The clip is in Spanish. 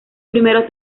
primeros